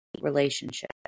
relationship